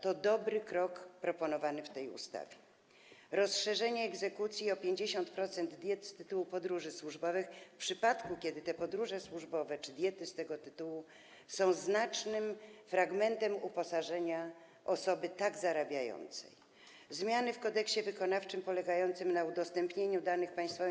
To dobry krok proponowany w tej ustawie: rozszerzenie egzekucji o 50% diet z tytułu podróży służbowych w przypadku, kiedy te podróże służbowe czy diety z tego tytułu są znacznym fragmentem uposażenia osoby tak zarabiającej; zmiany w kodeksie wykonawczym polegające na udostępnieniu danych Państwowej